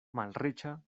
malriĉa